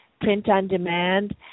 print-on-demand